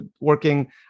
working